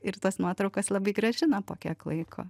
ir tos nuotraukos labai grąžina po kiek laiko